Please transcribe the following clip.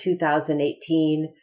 2018